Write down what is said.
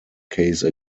case